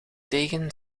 tegen